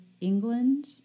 England